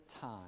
time